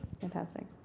Fantastic